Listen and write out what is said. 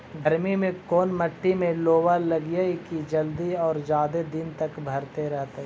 गर्मी में कोन मट्टी में लोबा लगियै कि जल्दी और जादे दिन तक भरतै रहतै?